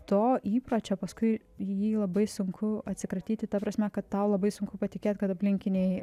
to įpročio paskui jį labai sunku atsikratyti ta prasme kad tau labai sunku patikėt kad aplinkiniai